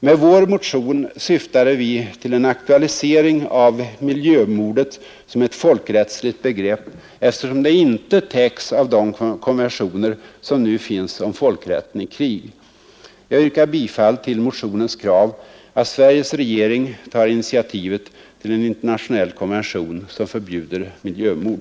Med vår motion syftade vi till en aktualisering av miljömordet som ett folkrättsligt begrepp, eftersom det inte täcks av de konventioner som nu finns om folkrätten i krig. Jag yrkar bifall till motionens krav att Sveriges regering tar initiativet till en internationell konvention som förbjuder miljömord.